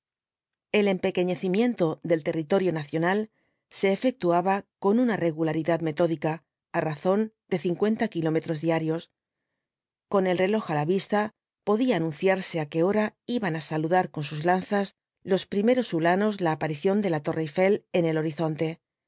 el empequeñecimiento del territorio nacional se efectuaba con una regularidad metódica á razón de cincuenta kilómetros diarios con el reloj á la vista podía anunciarse á qué hora iban á saludar con sus lanzas los primeros huíanos la aparición de la torre eiffel en el horizonte